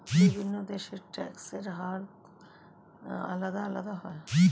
বিভিন্ন দেশের ট্যাক্সের হার আলাদা আলাদা হয়